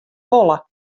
wolle